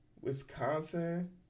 wisconsin